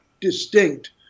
distinct